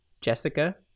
Jessica